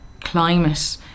climate